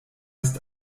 ist